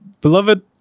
beloved